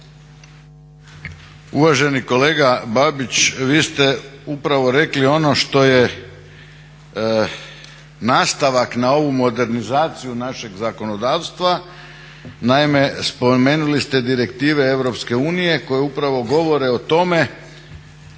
Uvaženi kolega Babić, vi ste upravo rekli ono što je nastavak na ovu modernizaciju našeg zakonodavstva. Naime, spomenuli ste direktive Europske unije koje upravo govore o tome